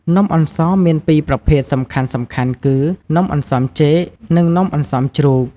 នំអន្សមមានពីរប្រភេទសំខាន់ៗគឺ នំអន្សមចេក និង នំអន្សមជ្រូក។